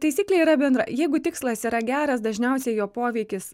taisyklė yra bendra jeigu tikslas yra geras dažniausiai jo poveikis